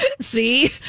See